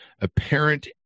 Apparent